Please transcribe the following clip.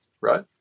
right